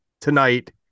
tonight